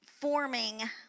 forming